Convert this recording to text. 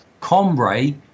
combray